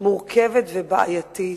מורכבת ובעייתית.